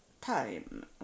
time